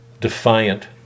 defiant